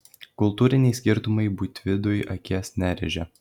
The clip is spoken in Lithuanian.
kultūriniai skirtumai buitvidui akies nerėžė